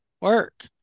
work